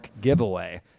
giveaway